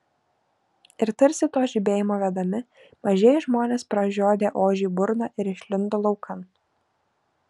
ir tarsi to žibėjimo vedami mažieji žmonės pražiodė ožiui burną ir išlindo laukan